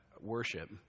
worship